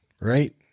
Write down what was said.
right